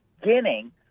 beginning